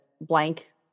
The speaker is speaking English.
blank